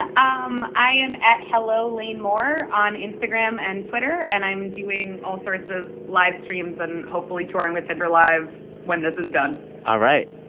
ah um i am at hellolanemoore on instagram and twitter. and i'm doing all sorts of live streams and hopefully touring with tinder live when this is done all right.